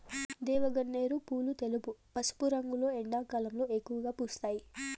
దేవగన్నేరు పూలు తెలుపు, పసుపు రంగులో ఎండాకాలంలో ఎక్కువగా పూస్తాయి